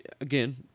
again